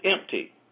empty